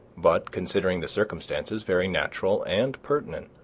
but, considering the circumstances, very natural and pertinent.